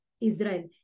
Israel